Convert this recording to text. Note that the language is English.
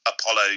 Apollo